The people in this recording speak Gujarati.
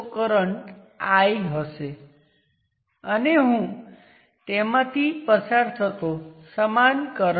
હું સુપર પોઝિશન દ્વારા બદલવામાં આવે છે હું IL1 ની ગણતરી કરીશ